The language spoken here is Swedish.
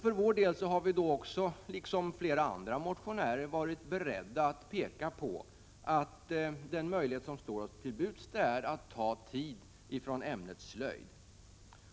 För vår del har vi liksom flera andra motionärer pekat på att den möjlighet som står oss till buds är att ta tid från ämnet slöjd.